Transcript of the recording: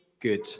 Good